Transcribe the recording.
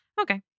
Okay